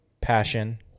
passion